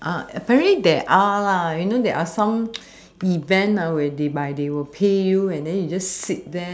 uh apparently there are you know there are some events whereby like they will pay you and then you just sit